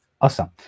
awesome